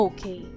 Okay